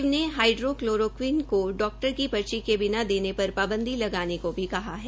म्ख्यसचिव ने hydroxychloroquine को doctor की पर्ची के बिना देने पर पांबदी लगाने को भी कहा है